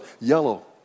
yellow